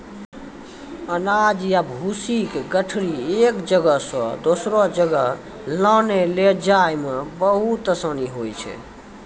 अनाज या भूसी के गठरी एक जगह सॅ दोसरो जगह लानै लै जाय मॅ बहुत आसानी होय छै